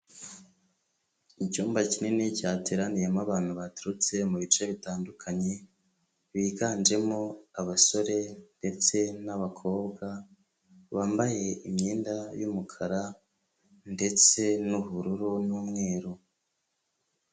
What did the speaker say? Icyumba kinini cyateraniyemo abantu baturutse mu bice bitandukanye biganjemo abasore ndetse n'abakobwa bambaye imyenda y'umukara ndetse n'ubururu n'umweru.